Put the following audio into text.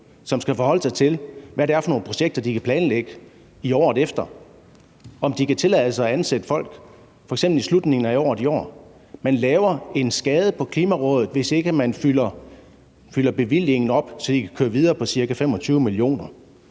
som skal forholde sig til, hvad det er for nogle projekter, de kan planlægge året efter, og om de kan tillade sig at ansætte folk f.eks. i slutningen af dette år. Man laver en skade på Klimarådet, hvis ikke man fylder bevillingen op, så de kan køre videre på ca. 25 mio.